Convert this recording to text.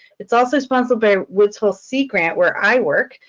it's also sponsored by woods hole sea grant where i work,